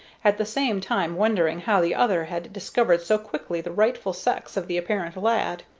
at the same time wondering how the other had discovered so quickly the rightful sex of the apparent lad.